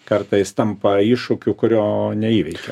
kartais tampa iššūkiu kurio neįveikiam